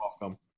welcome